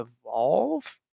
evolve